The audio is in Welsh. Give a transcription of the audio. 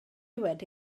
wedi